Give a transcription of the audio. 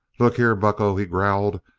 look here, bucco, he growled,